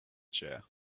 chair